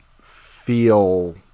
feel